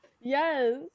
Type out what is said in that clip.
Yes